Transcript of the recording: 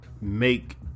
make